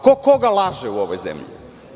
Ko koga laže u ovoj zemlji?